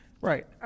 Right